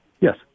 yes